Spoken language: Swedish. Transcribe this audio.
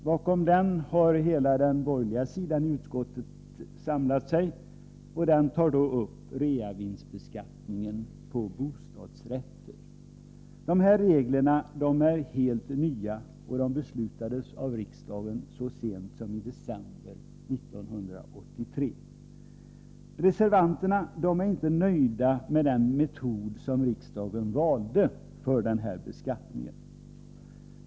Bakom den har hela den borgerliga sidan i utskottet samlat sig, och man tar där upp reavinstbeskattningen på bostadsrätter. De här reglerna är helt nya — de beslutades av riksdagen så sent som i december 1983. Reservanterna är inte nöjda med den metod som riksdagen valde för denna beskattning.